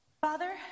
Father